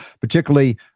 particularly